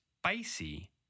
SPICY